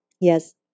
Yes